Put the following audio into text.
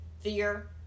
fear